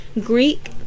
greek